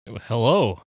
Hello